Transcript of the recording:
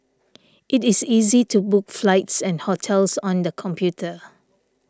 it is easy to book flights and hotels on the computer